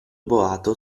boato